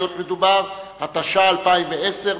התש"ע 2010,